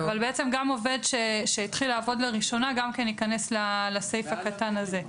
אבל גם עובד שהתחיל לעבוד לראשונה ייכנס לסעיף הקטן הזה.